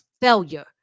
failure